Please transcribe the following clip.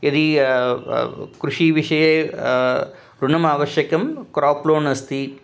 यदि कृषिविषये ऋणमावश्यकं क्राप् लोण् अस्ति